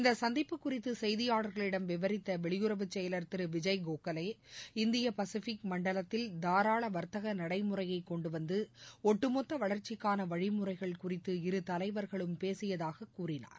இந்த சந்திப்பு குறித்து செய்தியாளரிடம் விவரித்த வெளியுறவு செயலர் திரு விஜய் கோகலே இந்திய பசிபிக் மண்டலத்தில் தாராள வர்த்தக நடைமுறையை கொண்டுவந்து ஒட்டு மொத்த வளர்ச்சிகான வழிமுறைகள் குறித்து இரு தலைவர்களும் பேசியதாக கூறினார்